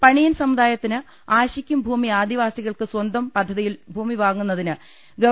പണിയൻ സമുദായത്തിന് ആശിക്കും ഭൂമി ആദിവാസികൾക്ക് സ്വന്തം പദ്ധതിയിൽ ഭൂമി വാങ്ങുന്നതിന് ഗവ